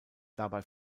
dabei